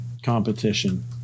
competition